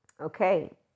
Okay